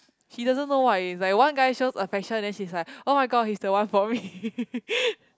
he doesn't know why if like one guy shows affection then she is like [oh]-my-god he's the one for me